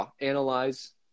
analyze